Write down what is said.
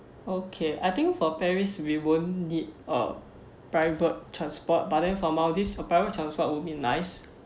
okay I think for paris we won't need a private transport but then for maldives a private transport will be nice